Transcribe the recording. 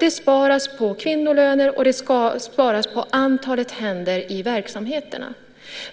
Det sparas på kvinnolöner, och det ska sparas på antalet händer i verksamheten.